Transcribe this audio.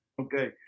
Okay